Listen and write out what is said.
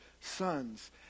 sons